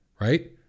right